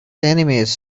enemies